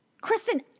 Kristen